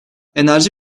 enerji